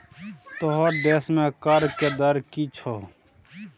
तोहर देशमे कर के दर की छौ?